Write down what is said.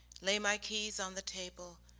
lay my keys on the table,